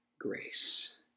grace